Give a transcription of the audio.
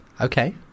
Okay